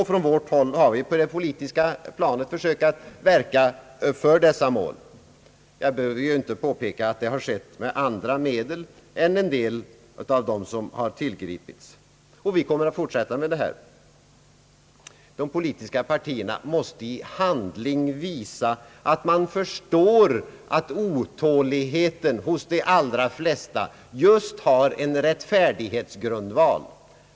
Från vårt håll har vi på det politiska planet försökt verka för dessa mål. Jag behöver inte påpeka att det skett med andra medel än en del av dem som tillgripits. Vi kommer att fortsätta vår strävan; de politiska partierna måste i handling visa att man förstår att otåligheten hos de allra flesta just har en rättfärdighetens grundval.